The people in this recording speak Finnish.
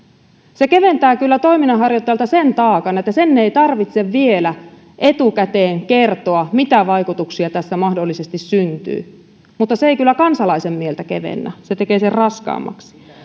se keventää kyllä toiminnanharjoittajalta sen taakan että ei tarvitse vielä etukäteen kertoa mitä vaikutuksia mahdollisesti syntyy mutta se ei kyllä kansalaisen mieltä kevennä se tekee sen raskaammaksi